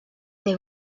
they